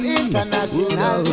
international